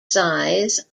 size